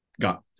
got